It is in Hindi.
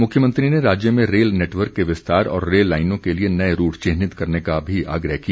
मुख्यमंत्री ने राज्य में रेल नेटवर्क के विस्तार और रेल लाईनों के लिए नए रूट चिन्हित करने का भी आग्रह किया